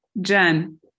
Jen